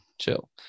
Chill